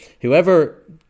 whoever